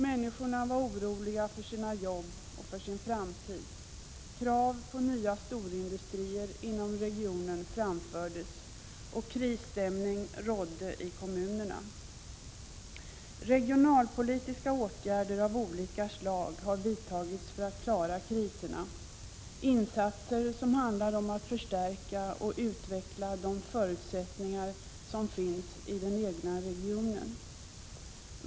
Människorna var oroliga för sina jobb och för sin framtid. Krav på nya storindustrier inom regionen framfördes. Krisstämning rådde i kommunerna. Regionalpolitiska åtgärder av olika slag har vidtagits för att klara kriserna, insatser som handlar om att förstärka och utveckla de förutsättningar som finns i den egna regionen.